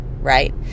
right